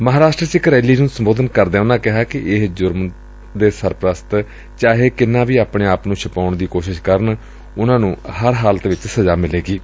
ਮਹਾਂਰਾਸ਼ਟਰ ਚ ਇਕ ਰੈਲੀ ਨੂੰ ਸੰਬੋਧਨ ਕਰਦਿਆਂ ਉਨੂਾਂ ਕਿਹਾ ਕਿ ਇਸ ਜੁਰਮ ਦੇ ਸਰਪ੍ਸਤ ਚਾਹੇ ਕਿੰਨਾ ਵੀ ਆਪਣੇ ਆਪ ਨੂੰ ਛੁਪਾਉਣ ਦੀ ਕੋਸ਼ਿਸ਼ ਕਰਨ ਉਨੂਾਂ ਨੂੰ ਹਰ ਹਾਲਤ ਵਿਚ ਸਜ਼ਾ ਮਿਲੇਗੀ